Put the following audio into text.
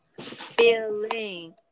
feeling